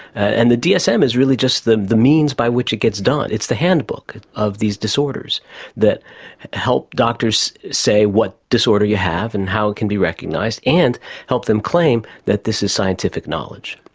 and the dsm is really just the the means by which it gets done. it's the handbook of these disorders that help doctors say what disorder you have and how it can be recognised, and help them claim that this is scientific knowledge.